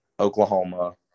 Oklahoma